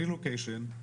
רה-לוקיישן,